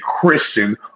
Christian